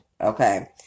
Okay